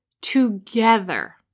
together